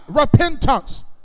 repentance